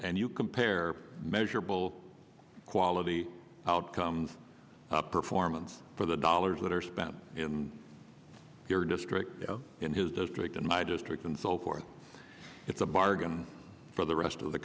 and you compare measurable quality outcomes performance for the dollars that are spent in your district in his district in my district and so forth it's a bargain for the rest of the